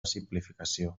simplificació